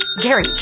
Gary